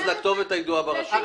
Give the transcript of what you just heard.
אז לכתובת הידועה ברשות.